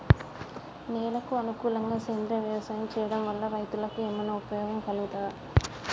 నేలకు అనుకూలంగా సేంద్రీయ వ్యవసాయం చేయడం వల్ల రైతులకు ఏమన్నా ఉపయోగం కలుగుతదా?